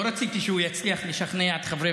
לא רציתי שהוא יצליח לשכנע את חברי